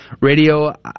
Radio